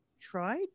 tried